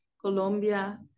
Colombia